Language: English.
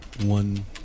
One